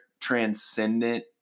transcendent